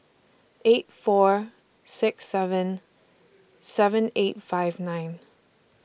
eight four six seven seven eight five nine